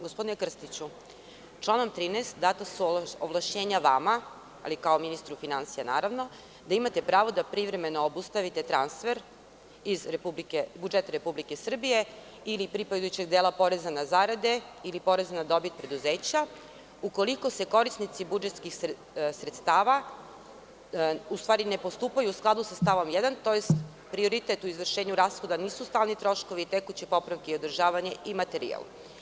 Gospodine Krstiću, članom 13. data su ovlašćenja vama, ali kao ministru finansija, naravno, da imate pravo da privremeno obustavite transfer iz budžeta Republike Srbije ili pripadajućeg dela poreza na zarade ili poreza na dobit preduzeća, ukoliko korisnici budžetskih sredstava ne postupaju u skladu sa stavom 1, tj. prioritet u izvršenju rashoda nisu stalni troškovi tekućih popravki, održavanje i materijal.